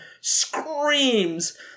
screams